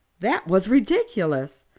that was ridiculous!